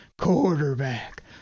quarterback